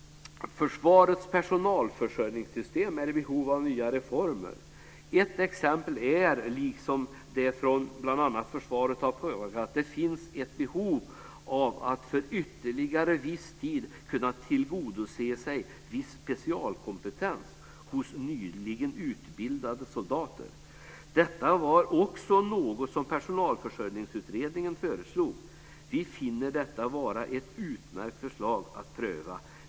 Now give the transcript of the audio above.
Försvarets personalförsörjningssystem är i behov av nya reformer. Ett exempel är, som bl.a. har påpekats av försvaret, att det finns ett behov av att för ytterligare viss tid kunna tillgodogöra sig viss specialistkompetens hos nyligen utbildade soldater. Detta var också något som Personalförsörjningsutredningen föreslog. Vi finner detta vara ett utmärkt förslag att pröva.